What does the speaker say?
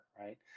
right